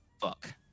Fuck